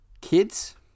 kids